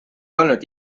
olnud